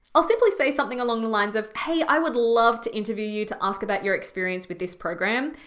i'll simply say something along the lines of, hey, i would love to interview you to ask about your experience with this program,